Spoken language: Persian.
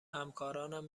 همکارانم